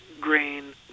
grain